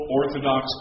orthodox